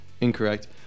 incorrect